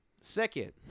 Second